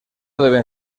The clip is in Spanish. deben